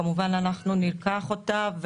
כמובן שאנחנו ניקח אותה,